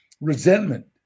resentment